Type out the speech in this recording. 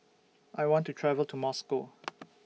I want to travel to Moscow